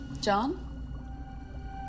John